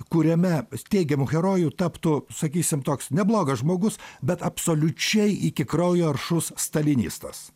kuriame teigiamu heroju taptų sakysim toks neblogas žmogus bet absoliučiai iki kraujo aršus stalinistas